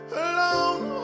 alone